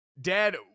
dad